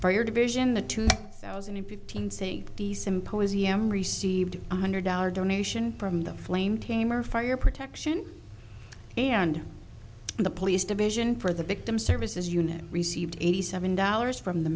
for your division the two thousand and fifteen saying the symposium received one hundred dollar donation from the flame tamer fire protection and the police division for the victim services unit received eighty seven dollars from the